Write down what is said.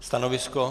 Stanovisko?